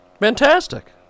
Fantastic